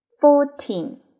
fourteen